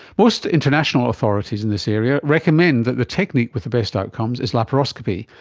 most international authorities in this area recommend that the technique with the best outcomes is laparoscopy,